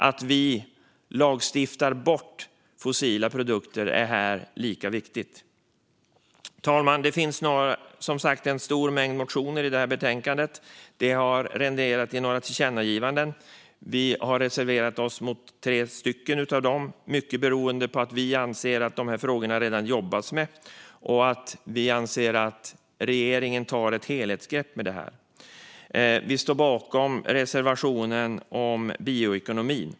Att vi lagstiftar bort fossila produkter är lika viktigt. Fru talman! Det finns som sagt en stor mängd motioner som behandlas i det här betänkandet. Det har renderat i några tillkännagivanden. Vi har reserverat oss mot tre av dem, mycket beroende på att vi anser att de här frågorna redan jobbas med och att vi anser att regeringen tar ett helhetsgrepp. Vi står bakom reservationen om bioekonomin.